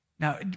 Now